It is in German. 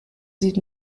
sieht